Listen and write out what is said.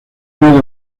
uno